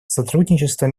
сотрудничество